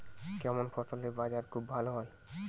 কেমন ফসলের বাজার খুব ভালো হয়?